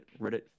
Reddit